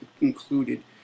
included